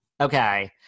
Okay